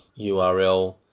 URL